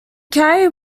carry